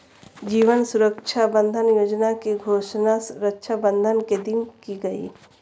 जीवन सुरक्षा बंधन योजना की घोषणा रक्षाबंधन के दिन की गई